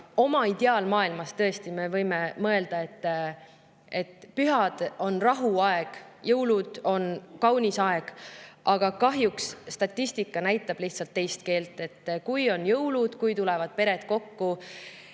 Oma ideaalmaailmas me võime tõesti mõelda, et pühad on rahuaeg, jõulud on kaunis aeg, aga kahjuks statistika [räägib] lihtsalt teist keelt. Kui on jõulud, kui pered tulevad kokku,